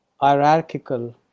hierarchical